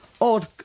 Odd